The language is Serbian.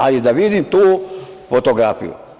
Ali, da vidim tu fotografiju.